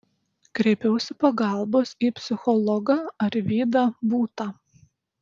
kreipiausi pagalbos į psichologą arvydą būtą